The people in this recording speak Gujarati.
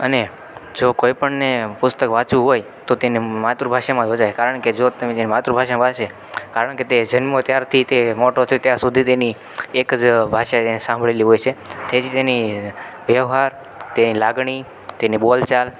અને જો કોઈ પણને પુસ્તક વાંચવું હોય તો તેને માતૃભાષામાં જ વંચાય કારણ કે જો તમે તેને માતૃભાષામાં વાંચો કારણ કે તે જન્મ્યો ત્યારથી તે મોટો થયો ત્યાર સુધી તેની એક જ ભાષા તેણે સાંભળેલી હોય છે તેથી તેની વ્યવહાર તેની લાગણી તેની બોલચાલ